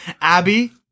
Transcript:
Abby